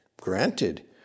Granted